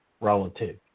relative